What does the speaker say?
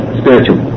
spiritual